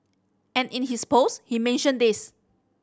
and in his post he mentioned this